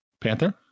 Panther